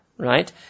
Right